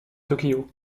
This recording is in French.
tokyo